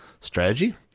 strategy